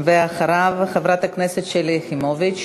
אחריו, חברת הכנסת שלי יחימוביץ.